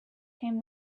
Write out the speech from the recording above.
came